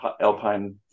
alpine